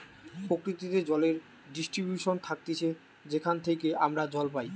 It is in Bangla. প্রকৃতিতে জলের ডিস্ট্রিবিউশন থাকতিছে যেখান থেইকে আমরা জল পাই